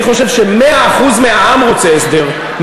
אני חושב ש-100% העם רוצים הסדר,